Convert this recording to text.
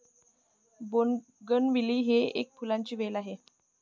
bougainvillea ही फुलांची वेल आहे